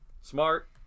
Smart